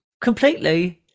completely